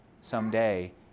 someday